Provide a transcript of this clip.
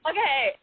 Okay